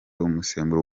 umusemburo